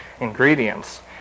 ingredients